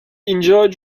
enjoyed